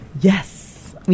Yes